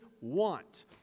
want